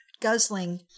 guzzling